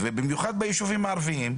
אנחנו יודעים מה הוא ובמיוחד ביישובים הערביים,